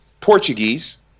Portuguese